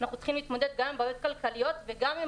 אנחנו צריכים להתמודד גם עם בעיות כלכליות וגם עם